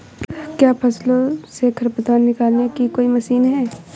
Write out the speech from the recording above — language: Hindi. क्या फसलों से खरपतवार निकालने की कोई मशीन है?